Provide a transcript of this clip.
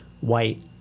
white